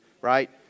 right